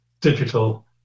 digital